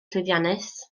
llwyddiannus